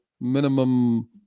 minimum